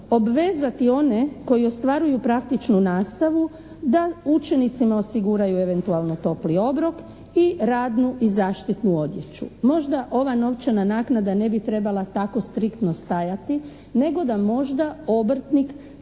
obvezati one koji ostvaruju praktičnu nastavu da učenicima osiguraju eventualno topli obrok i radnu i zaštitnu odjeću. Možda ova novčana naknada ne bi trebala tako striktno stajati nego da možda obrtnik